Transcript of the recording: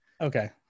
Okay